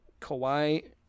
Kawhi